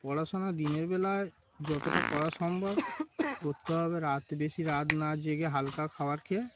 পড়াশোনা দিনের বেলায় যতটা করা সম্ভব করতে হবে রাত বেশি রাত না জেগে হালকা খাবার খেয়ে